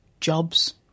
jobs